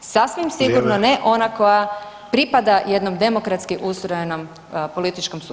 Sasvim sigurno ne ona koja pripada jednom demokratski ustrojenom političkom sustavu.